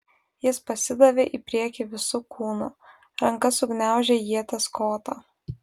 jis pasidavė į priekį visu kūnu ranka sugniaužė ieties kotą